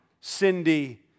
Cindy